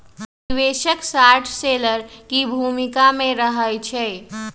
निवेशक short seller की भूमिका में रहइ छै